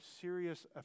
serious